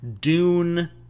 dune